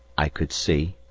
i could see,